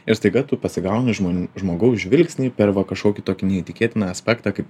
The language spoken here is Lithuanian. ir staiga tu pasigauni žmonių žmogaus žvilgsnį per va kažkokį tokį neįtikėtiną aspektą kaip